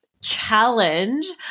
challenge